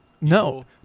No